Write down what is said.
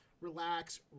relax